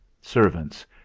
Servants